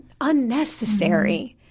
unnecessary